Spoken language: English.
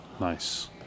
Nice